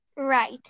Right